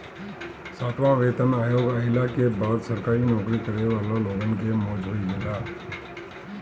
सातवां वेतन आयोग आईला के बाद सरकारी नोकरी करे वाला लोगन के मौज हो गईल